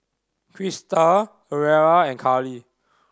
Christa Aura and Carlie